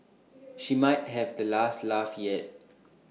she might have the last laugh yet